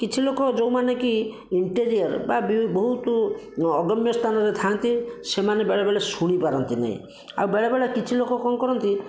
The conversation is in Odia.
କିଛି ଲୋକ ଯେଉଁମାନେ କି ଇଣ୍ଟେରିଅର୍ ବା ବହୁତ ଅଗମ୍ୟ ସ୍ଥାନରେ ଥାନ୍ତି ସେମାନେ ବେଳେବେଳେ ଶୁଣିପାରନ୍ତିନି ଆଉ ବେଳେ ବେଳେ କିଛି ଲୋକ କଣ କରନ୍ତି